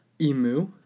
Emu